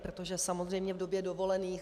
Protože samozřejmě v době dovolených...